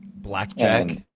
black jack?